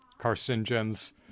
carcinogens